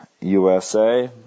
USA